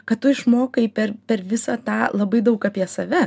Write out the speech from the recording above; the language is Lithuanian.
kad tu išmokai per per visą tą labai daug apie save